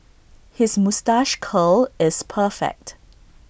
his moustache curl is perfect